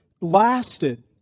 lasted